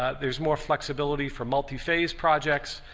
there's more flexibility for multi-phase projects.